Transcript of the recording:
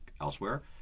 elsewhere